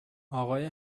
آقای